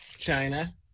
china